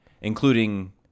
including